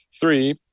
Three